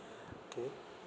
okay